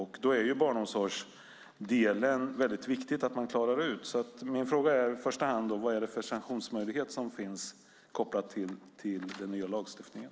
Då är det viktigt att klara ut barnomsorgsdelen. Min fråga är i första hand: Vilka sanktionsmöjligheter är kopplade till den nya lagstiftningen?